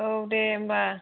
औ दे होमबा